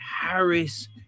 Harris